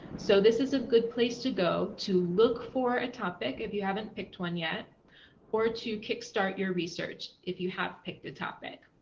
so, this is a good place to go to look for a topic. if you haven't picked one yet or to kickstart your research. if you have picked a topic.